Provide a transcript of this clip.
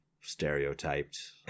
stereotyped